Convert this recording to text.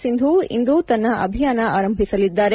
ಸಿಂಧು ಇಂದು ತನ್ನ ಅಭಿಯಾನ ಆರಂಭಿಸಲಿದ್ದಾರೆ